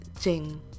jing